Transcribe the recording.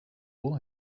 all